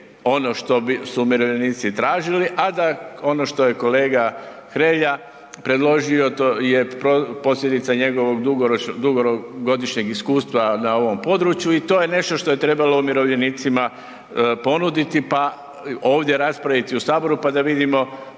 ono što su umirovljenici tražili a da ono što je kolega Hrelja predložio, to je posljedica njegovog dugogodišnjeg iskustva na ovom području i to je nešto što je trebalo umirovljenicima ponuditi pa ovdje raspraviti u Saboru pa da vidimo